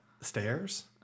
stairs